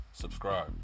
subscribe